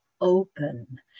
open